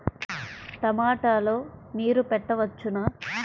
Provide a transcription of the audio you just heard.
టమాట లో నీరు పెట్టవచ్చునా?